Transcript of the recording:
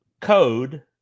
code